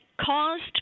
caused